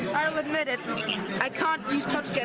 i um admit it i can't use touch yeah